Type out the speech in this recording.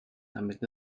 damit